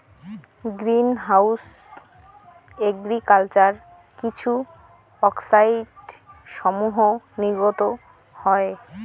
green house agriculture কিছু অক্সাইডসমূহ নির্গত হয়